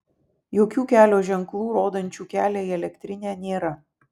jokių kelio ženklų rodančių kelią į elektrinę nėra